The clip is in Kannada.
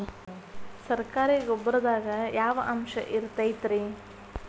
ಸರಕಾರಿ ಗೊಬ್ಬರದಾಗ ಯಾವ ಅಂಶ ಇರತೈತ್ರಿ?